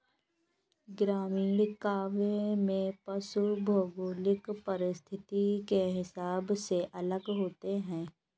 ग्रामीण काव्य में पशु भौगोलिक परिस्थिति के हिसाब से अलग होते हैं